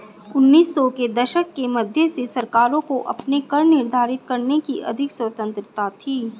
उन्नीस सौ के दशक के मध्य से सरकारों को अपने कर निर्धारित करने की अधिक स्वतंत्रता थी